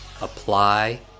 apply